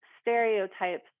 stereotypes